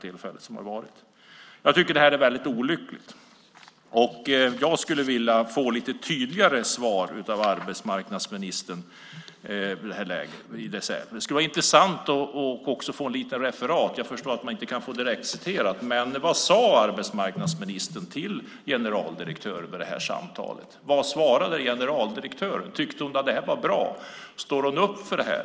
Det här är olyckligt. Jag skulle vilja få lite tydligare svar av arbetsmarknadsministern. Det skulle vara intressant att få refererat - jag förstår att det inte går att få ett direkt citat - vad arbetsmarknadsministern sade till generaldirektören vid samtalet. Vad svarade generaldirektören? Tyckte hon att det var bra? Står hon upp för det?